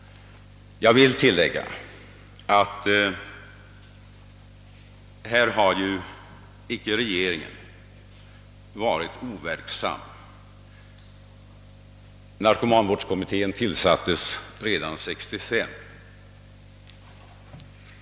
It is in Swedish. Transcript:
Jag vill tillägga att regeringen inte har varit overksam. Narkomanvårdskommittén tillsattes redan 1965.